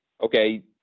Okay